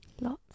Lots